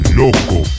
loco